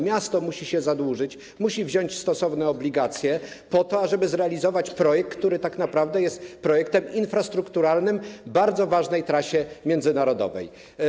Miasto musi się zadłużyć, wziąć stosowne obligacje, ażeby zrealizować projekt, który tak naprawdę jest projektem infrastrukturalnym w ramach bardzo ważnej trasy międzynarodowej.